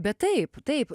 bet taip taip